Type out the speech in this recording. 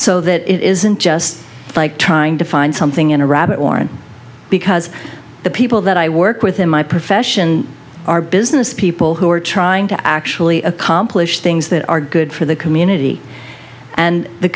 so that it isn't just like trying to find something in a rabbit warren because the people that i work with in my profession are business people who are trying to actually accomplish things that are good for the community and the